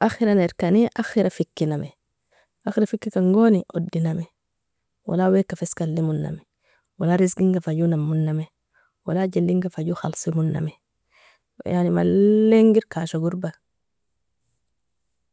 Akhra nerkani akhra fikinami, akhra fikikan goni odianmi, wala weaka fa iska alimonami, wala rizginga fa jo namonami, wala jellinga fa jo khalsimonami, yani malle inger kasha gorba,